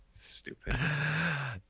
Stupid